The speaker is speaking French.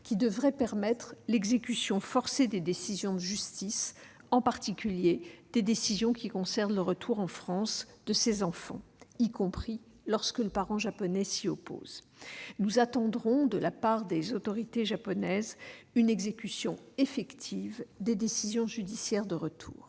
qui devrait permettre l'exécution forcée des décisions de justice, en particulier des décisions concernant le retour en France de ces enfants, y compris lorsque le parent japonais s'y oppose. Nous attendrons de la part des autorités japonaises une exécution effective des décisions judiciaires de retour.